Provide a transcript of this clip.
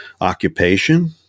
occupation